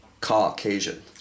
Caucasian